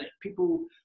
People